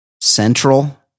central